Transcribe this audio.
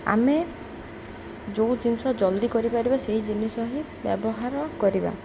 ଆମେ ଯେଉଁ ଜିନିଷ ଜଲ୍ଦି କରିପାରିବା ସେଇ ଜିନିଷ ହିଁ ବ୍ୟବହାର କରିବା